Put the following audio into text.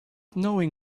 knowing